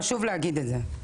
חשוב להגיד את זה.